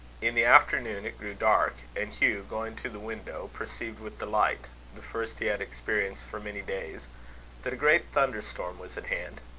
in the afternoon it grew dark and hugh, going to the window, perceived with delight the first he had experienced for many days that a great thunder-storm was at hand.